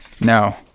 no